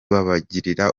babagirira